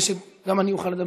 8144 ו-8145.